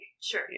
Sure